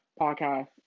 podcast